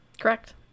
Correct